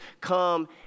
come